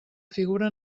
figure